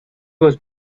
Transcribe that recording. was